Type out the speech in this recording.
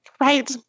Right